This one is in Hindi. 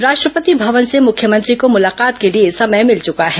राष्ट्रपति भवन से मुख्यमंत्री को मुलाकात के लिए समय मिल चुका है